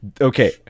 Okay